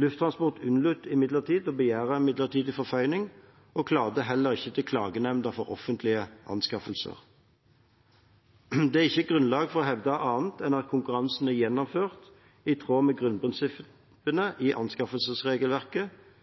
Lufttransport unnlot imidlertid å begjære midlertidig forføyning og klagde heller ikke til Klagenemnda for offentlige anskaffelser. Det er ikke grunnlag for å hevde annet enn at konkurransen er gjennomført i tråd med grunnprinsippene i anskaffelsesregelverket: